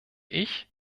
ich